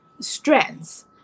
strengths